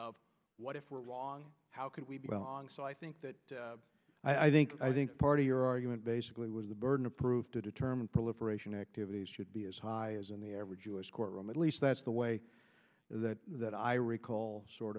of what if we're wrong how can we be on so i think that i think i think part of your argument basically was the burden of proof to determine proliferation activities should be as high as in the average u s courtroom at least that's the way that that i recall sort